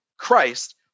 Christ